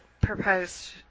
proposed